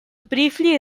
briefly